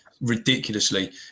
ridiculously